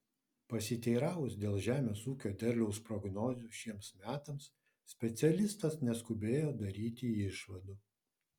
pasiteiravus dėl žemės ūkio derliaus prognozių šiems metams specialistas neskubėjo daryti išvadų